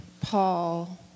Paul